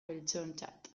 beltzontzat